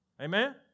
Amen